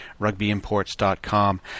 rugbyimports.com